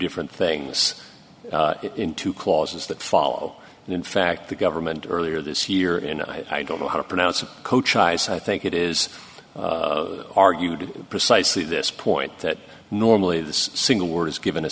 different things in two clauses that follow and in fact the government earlier this year in a i don't know how to pronounce of cochise i think it is argued precisely this point that normally this single word is given a